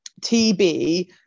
TB